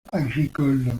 agricole